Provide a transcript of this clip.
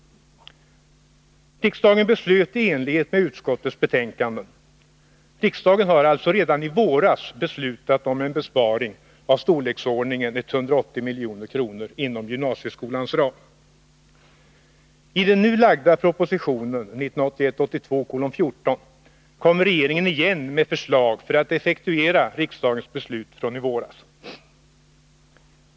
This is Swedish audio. Riksdagen beslöt i enlighet med utskottets förslag. Riksdagen har alltså redan i våras beslutat om en besparing av storleksordningen 180 milj.kr. inom gymnasieskolans ram. I den nu lagda propositionen 1981/82:14 kommer regeringen igen med förslag för att effektuera riksdagens beslut från i våras.